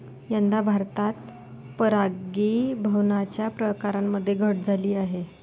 यंदा भारतात परागीभवनाच्या प्रकारांमध्ये घट झाली आहे